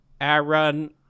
Aaron